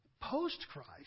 post-Christ